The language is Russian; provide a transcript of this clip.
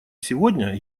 сегодня